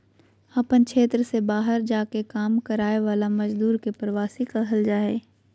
अपन क्षेत्र से बहार जा के काम कराय वाला मजदुर के प्रवासी कहल जा हइ